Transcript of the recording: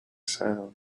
sound